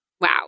Wow